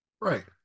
Right